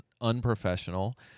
unprofessional